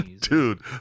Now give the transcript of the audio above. dude